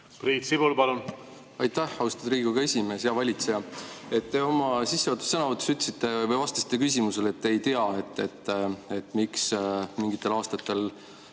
Priit Sibul, palun! Aitäh, austatud Riigikogu esimees! Hea valitseja! Te oma sissejuhatavas sõnavõtus ütlesite või vastasite küsimusele, et te ei tea, miks mingitel aastatel